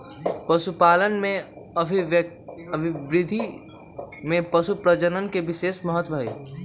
पशुपालन के अभिवृद्धि में पशुप्रजनन के विशेष महत्त्व हई